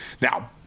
Now